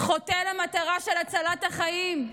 חוטא למטרה של הצלת החיים.